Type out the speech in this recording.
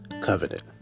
covenant